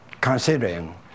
considering